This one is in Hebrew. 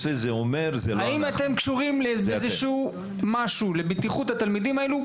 האם אתם קשורים במשהו לבטיחות התלמידים האלה?